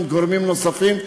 עם גורמים נוספים,